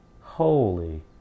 Holy